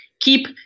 keep